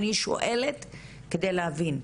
אני שואלת כדי להבין,